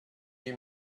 you